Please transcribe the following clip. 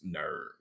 nerd